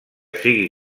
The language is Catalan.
sigui